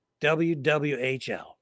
WWHL